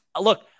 look